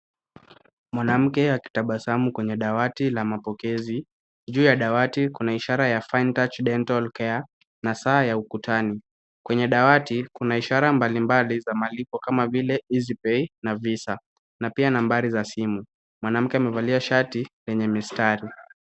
Mwanamke akitabasamu kwenye dawati la mapokezi. Juu ya dawati kuna ishara ya Fine Touch Dental Care na saa ya ukutani. Kwenye dawati kuna ishara mbalimbali za malipo kama vile Easy pay na Visa na pia nambari za simu. Mwanamke amevalia shati lenye mistari.